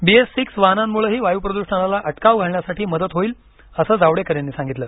BS six वाहनांमुळेही वायू प्रद्षणाला अटकाव घालण्यासाठी मदत होईल असं जावडेकर यांनी सांगितलं